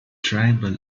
tribal